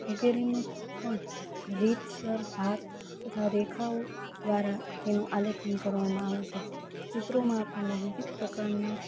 વગેરેનું પણ રીતસર ભાત તથા રેખાઓ દ્વારા તેનું આલેખન કરવામાં આવે છે ચિત્રોમાં આપણને વિવિધ પ્રકારના